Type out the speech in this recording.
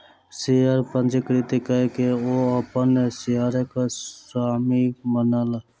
share पंजीकृत कय के ओ अपन शेयरक स्वामी बनला